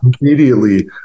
immediately